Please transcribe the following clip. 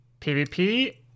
PvP